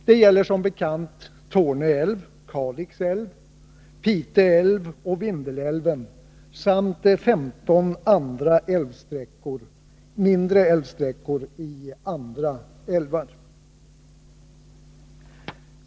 Det gäller som bekant Torne älv, Kalix älv, Pite älv och Vindelälven samt 15 mindre sträckor i andra älvar.